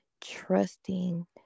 trusting